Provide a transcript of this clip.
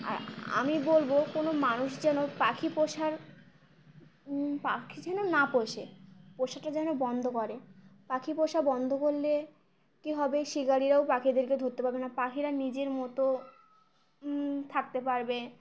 আর আমি বলবো কোনো মানুষ যেন পাখি পোষার পাখি যেন না পোষে পোষাটা যেন বন্ধ করে পাখি পোষা বন্ধ করলে কী হবে শিকারিরাও পাখিদেরকে ধরতে পারবে না পাখিরা নিজের মতো থাকতে পারবে